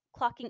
clocking